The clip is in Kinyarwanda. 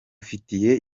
dufitiye